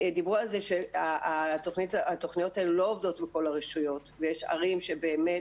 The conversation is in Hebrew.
דיברו על זה שהתוכניות האלו לא עובדות בכל הרשויות ויש ערים שבאמת